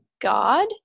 God